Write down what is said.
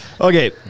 Okay